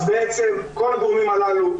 אז מה בעצם היעדים שלנו?